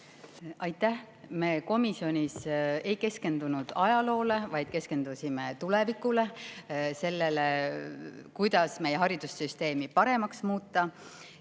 Aitäh! Me komisjonis ei keskendunud ajaloole, vaid keskendusime tulevikule – sellele, kuidas meie haridussüsteemi paremaks muuta.